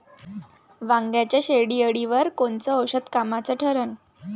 वांग्याच्या शेंडेअळीवर कोनचं औषध कामाचं ठरन?